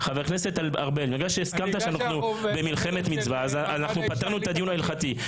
בגלל שהסכמת שאנחנו במלחמת מצווה אז פתרנו את הדיון ההלכתי.